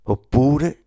Oppure